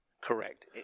Correct